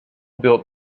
built